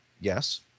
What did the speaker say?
Yes